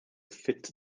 fit